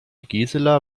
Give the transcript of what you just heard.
gisela